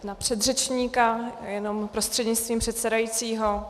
Na předřečníka jenom prostřednictvím předsedajícího.